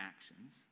actions